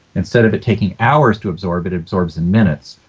instead of it taking hours to absorb, it absorbs in minutes.